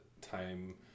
time